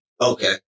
Okay